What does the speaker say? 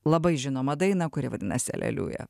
labai žinomą dainą kuri vadinasi aleliuja